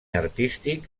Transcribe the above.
artístic